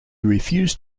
refused